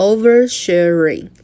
Oversharing